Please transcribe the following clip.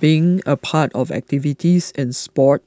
being a part of activities in sport